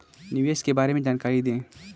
निवेश के बारे में जानकारी दें?